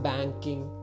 Banking